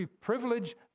privilege